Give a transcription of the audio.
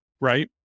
right